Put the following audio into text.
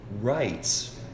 rights